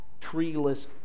treeless